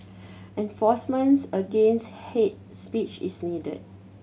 enforcement against hate speech is needed